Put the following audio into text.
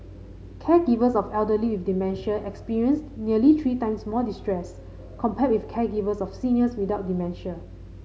caregivers of elderly with dementia experienced nearly three times more distress compared with caregivers of seniors without dementia